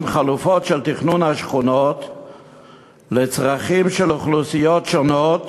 חלופות של תכנון השכונות לצרכים של אוכלוסיות שונות